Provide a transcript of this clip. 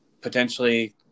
potentially